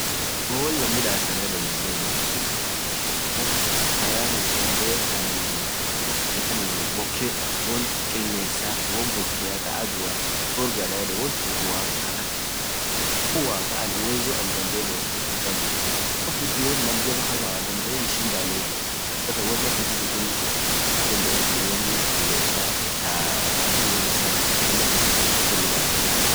hoo woan laam midass anan yedeen dandee hinmidasuu yani taan dandee bokee, woan kilesaa taa bokea taa adua dorgii anan yedeen wontuun taa waqaati anin uwezo dorguun hinkabuu waqq gudion naam jabaa hamaa anin dande hinshindanunii ann woan akasiii sun dandee hindorguu woan kilesaa akk dumesaa woan akasii sunn dandee hindorguu.